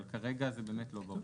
אבל כרגע זה באמת לא ברור.